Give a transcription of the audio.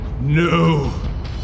No